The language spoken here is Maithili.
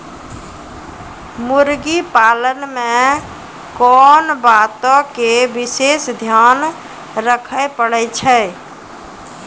मुर्गी पालन मे कोंन बातो के विशेष ध्यान रखे पड़ै छै?